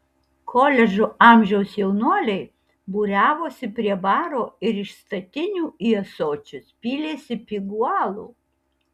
koledžo amžiaus jaunuoliai būriavosi prie baro ir iš statinių į ąsočius pylėsi pigų alų